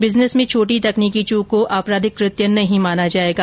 business में छोटी तकनीकी चूक को अपराधिक कृत्य नहीं माना जाएगा